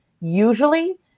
usually